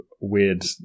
weird